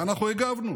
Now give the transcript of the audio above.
ואנחנו הגבנו.